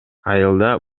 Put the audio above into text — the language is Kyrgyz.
айылда